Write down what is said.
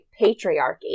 patriarchy